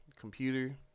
computer